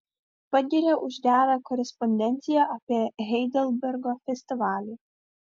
pagiria už gerą korespondenciją apie heidelbergo festivalį